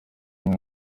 imwe